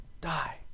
die